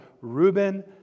Reuben